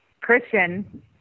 Christian